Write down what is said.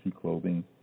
Clothing